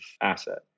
asset